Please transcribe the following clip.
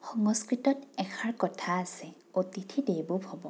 সংস্কৃতত এষাৰ কথা আছে অতিথি দেৱ ভৱ